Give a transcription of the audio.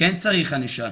כן צריך ענישה,